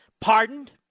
pardoned